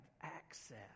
access